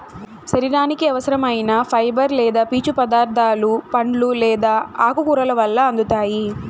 శరీరానికి అవసరం ఐన ఫైబర్ లేదా పీచు పదార్థాలు పండ్లు లేదా ఆకుకూరల వల్ల అందుతాయి